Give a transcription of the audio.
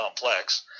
complex